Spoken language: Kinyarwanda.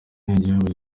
nk’igihugu